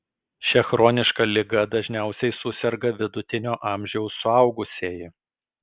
šia chroniška liga dažniausiai suserga vidutinio amžiaus suaugusieji